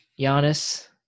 Giannis